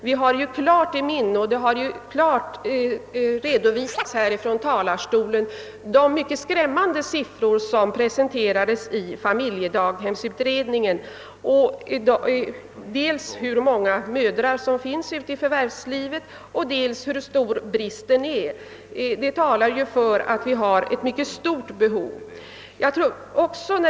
Tidigare talare har ju redovisat de mycket skrärnmande siffror som presenterades av familjedaghemsutredningen, dels beträffande antalet mödrar i förvärvslivet, dels rörande bristens storlek. Siffrorna vittnar om att det föreligger ett mycket stort behov.